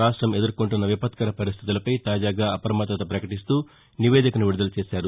రాష్టం ఎదుర్కొంటున్న విపత్కర పరిస్థితులపై తాజాగా అప్రమత్తత ప్రకటిస్తూ నివేదికను విడుదల చేశారు